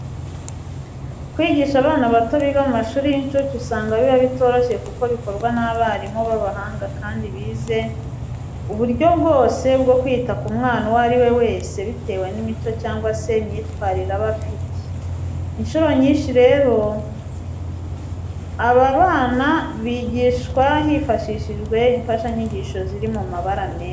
Kwigisha abana bato biga mu mashuri y'incuke usanga biba bitoroshye kuko bikorwa n'abarimu b'abahanga kandi bize uburyo bwose bwo kwita ku mwana uwo ari we wese bitewe n'imico cyangwa se imyitwarire aba afite. Incuro nyinshi rero, aba bana bigishwa hifashishijwe imfashanyigisho ziri mu mabara menshi.